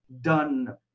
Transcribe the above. done